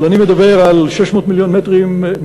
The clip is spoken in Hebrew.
אבל אני מדבר על 600 מיליון שקל,